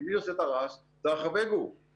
כי רחבי הגוף עושים את הרעש.